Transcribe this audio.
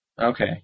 Okay